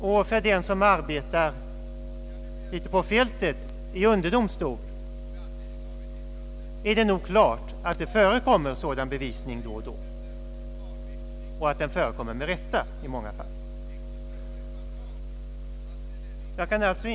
Och för den som arbetar på fältet, i underdomstol, är det nog klart att det förekommer sådan bevisning då och då, och att den förekommer med rätta i många fall.